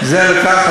זה לקח,